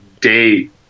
Date